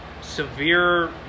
severe